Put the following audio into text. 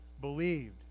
believed